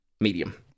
Medium